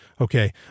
Okay